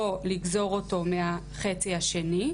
או לגזור אותו מהחצי השני,